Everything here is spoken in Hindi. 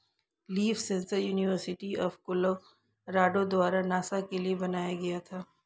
leaf sensor university of Colorado द्वारा नासा के लिए बनाया गया था